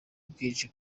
bwinshi